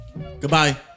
Goodbye